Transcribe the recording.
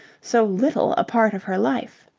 so little a part of her life.